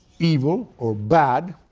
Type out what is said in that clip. evil, or bad,